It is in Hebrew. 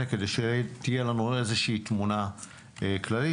כדי שתהיה לנו תמונה כללית.